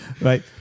Right